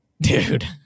Dude